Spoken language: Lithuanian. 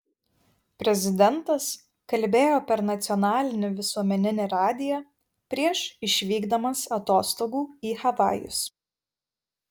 prezidentas kalbėjo per nacionalinį visuomeninį radiją prieš išvykdamas atostogų į havajus